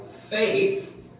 faith